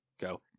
go